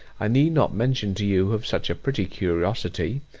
i need not mention to you, who have such a pretty curiosity,